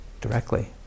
directly